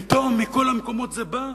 פתאום, מכל המקומות זה בא?